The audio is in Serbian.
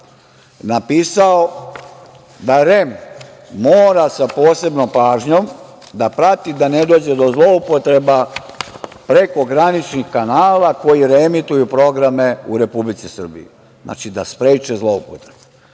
napisao da REM mora sa posebnom pažnjom da prati da ne dođe do zloupotreba prekograničnih kanala koji reemituju programe u Republici Srbiji. Znači da spreče zloupotrebu. Sudija